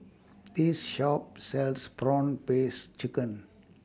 This Shop sells Prawn Paste Chicken